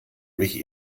mich